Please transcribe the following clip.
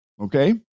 okay